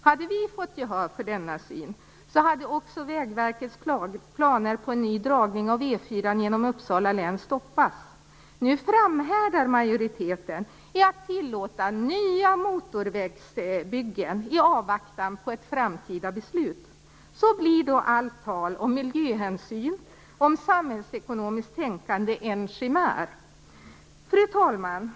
Hade vi fått gehör för denna syn hade också Vägverkets planer på en dragning av E 4 genom Uppsala län stoppats. Nu framhärdar majoriteten i att tillåta nya motorvägsbyggen i avvaktan på ett framtida beslut. Så blir då allt tal om miljöhänsyn och samhällsekonomiskt tänkande en chimär. Fru talman!